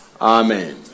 Amen